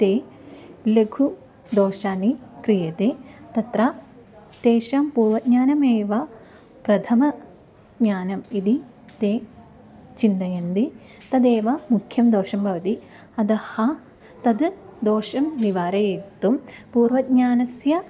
ते लघुदोषाः क्रियन्ते तत्र तेषां पूर्वज्ञानमेव प्रथमज्ञानम् इति ते चिन्दयन्ति तदेव मुख्यः दोषः भवति अतः तं दोषं निवारयित्तुं पूर्वज्ञानस्य